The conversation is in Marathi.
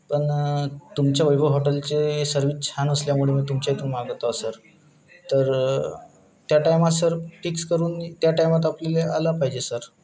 पण तुमचे वैभव हॉटेलचे सर्विस छान असल्यामुळे मी तुमच्या इथून मागतो सर तर त्या टायमात सर फिक्स करून त्या टायमात आपल्याला आला पाहिजे सर